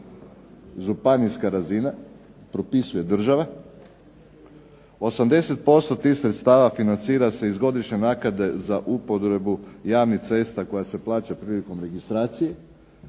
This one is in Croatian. županijska razina, propisuje država. 80% tih sredstava financira se iz godišnje naknade za upotrebu javnih cesta koja se plaća prilikom registracije,